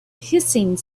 hissing